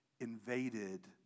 invaded